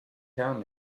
tell